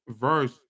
verse